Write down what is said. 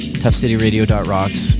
toughcityradio.rocks